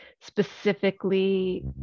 specifically